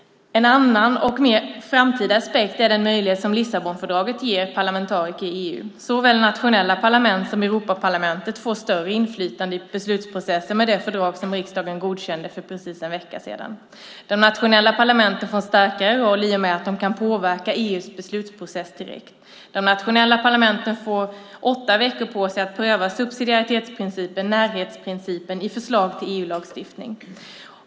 En annan och mer framtida aspekt är den möjlighet som Lissabonfördraget ger parlamentariker i EU. Såväl nationella parlament som Europaparlamentet får större inflytande i beslutsprocessen med det fördrag som riksdagen godkände för precis en vecka sedan. De nationella parlamenten får en starkare roll i och med att de kan påverka EU:s beslutsprocess direkt. De nationella parlamenten får åtta veckor på sig att pröva subsidiaritetsprincipen, närhetsprincipen, i förslag till EU-lagstiftning.